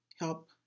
help